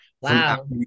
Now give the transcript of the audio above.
Wow